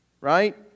Right